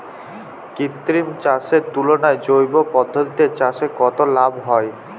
কৃত্রিম চাষের তুলনায় জৈব পদ্ধতিতে চাষে কত লাভ হয়?